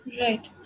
right